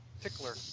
Tickler